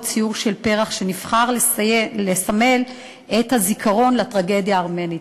ציור של פרח שנבחר לסמל את הזיכרון לטרגדיה הארמנית,